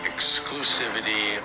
Exclusivity